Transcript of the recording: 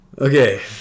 Okay